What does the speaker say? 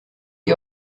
die